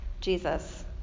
Jesus